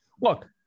Look –